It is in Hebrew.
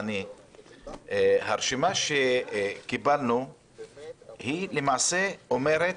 הרשימה שקיבלנו למעשה אומרת